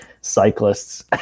cyclists